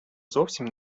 зовсім